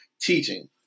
teaching